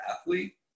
athlete